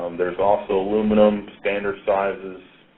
um there's also aluminum standard sizes.